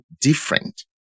different